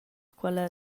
quella